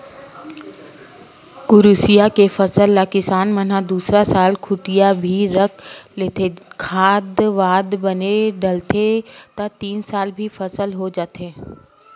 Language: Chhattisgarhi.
कुसियार के फसल ल किसान मन ह दूसरा साल खूटिया भी रख लेथे, खाद वाद बने डलथे त तीन साल भी फसल हो जाथे